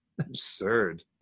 Absurd